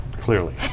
Clearly